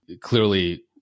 Clearly